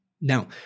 Now